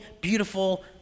beautiful